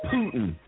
Putin